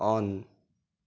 on